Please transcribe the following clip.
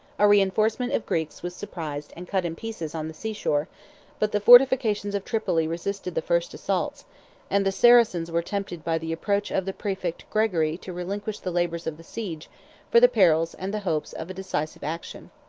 a reenforcement of greeks was surprised and cut in pieces on the sea-shore but the fortifications of tripoli resisted the first assaults and the saracens were tempted by the approach of the praefect gregory to relinquish the labors of the siege for the perils and the hopes of a decisive action.